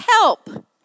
help